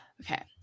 Okay